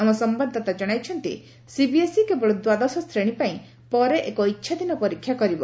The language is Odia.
ଆମ ସମ୍ଘାଦଦାତା ଜଣାଇଛନ୍ତି ସିବିଏସ୍ଇ କେବଳ ଦ୍ୱାଦଶ ଶ୍ରେଣୀ ପାଇଁ ପରେ ଏକ ଇଚ୍ଛାଧୀନ ପରୀକ୍ଷା କରିବ